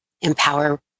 Empower